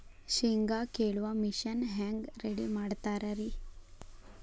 ಶೇಂಗಾ ಕೇಳುವ ಮಿಷನ್ ಹೆಂಗ್ ರೆಡಿ ಮಾಡತಾರ ರಿ?